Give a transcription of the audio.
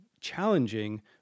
challenging